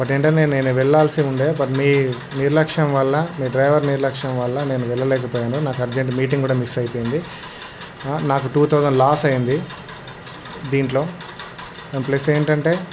but ఏమిటి అంటే నేను వెళ్లాల్సి ఉండే బట్ మీ నిర్లక్ష్యం వల్ల మీ డ్రైవర్ నిర్లక్ష్యం వల్ల నేను వెళ్ళలేకపోయాను నాకు అర్జెంట్ మీటింగ్ కూడా మిస్ అయిపోయింది నాకు టూ థౌజండ్ లాస్ అయింది దీంట్లో అండ్ ప్లస్ ఏమిటి అంటే